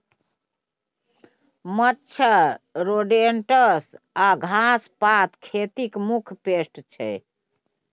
मच्छर, रोडेन्ट्स आ घास पात खेतीक मुख्य पेस्ट छै